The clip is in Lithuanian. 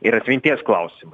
ir atminties klausimai